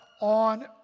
on